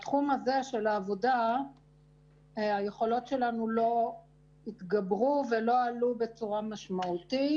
בתחום הזה של העבודה היכולות שלנו לא התגברו ולא עלו בצורה משמעותית,